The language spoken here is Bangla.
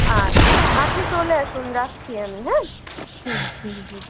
আচ্ছা আপনি চলে আসুন রাখছি আমি হ্যাঁ হুম হুম হুম হুম হুম